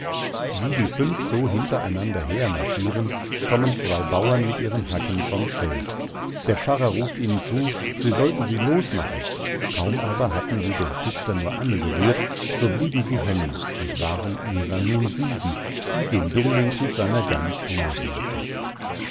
wie die fünf so hintereinander her marschiren kommen zwei bauern mit ihren hacken vom feld der pfarrer ruft ihnen zu sie sollten sie los machen kaum aber haben sie den küster nur angerührt so bleiben sie hängen und waren ihrer nun sieben die dem dummling mit der gans nachliefen